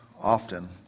Often